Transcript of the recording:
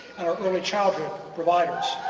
our early childhood providers.